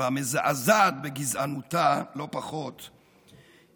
והמזעזעת בגזענותה לא פחות,